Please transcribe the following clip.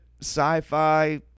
sci-fi